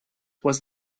was